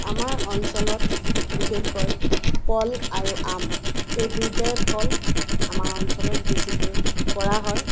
আমাৰ অঞ্চলত বিশেষকৈ কল আৰু আম এই দুয়োটাই ফল আমাৰ অঞ্চলত বেছিকৈ কৰা হয়